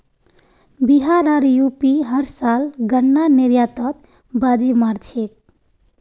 बिहार आर यू.पी हर साल गन्नार निर्यातत बाजी मार छेक